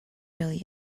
really